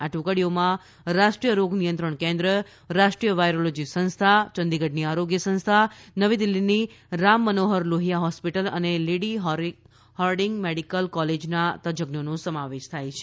આ ટુકડીઓમાં રાષ્ટ્રીય રોગ નિયંત્રણ કેન્દ્ર રાષ્ટ્રીય વાયરોલોજી સંસ્થા ચંડીગઢની આરોગ્ય સંસ્થા નવી દિલ્હીની રામમનોહર લોહિયા હોસ્પિટલ અને લેડી હાર્ડીંગ મેડીકલ કોલેજના તજજ્ઞોનો સમાવેશ થાય છે